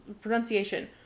pronunciation